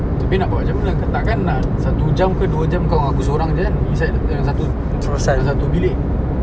tapi nak buat macam mana tak kan nak satu jam ke dua jam kau dengan aku seorang jer kan besides seorang satu seorang satu bilik